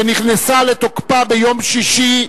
שנכנסה לתוקפה ביום שישי,